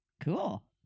Cool